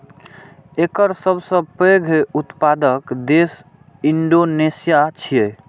एकर सबसं पैघ उत्पादक देश इंडोनेशिया छियै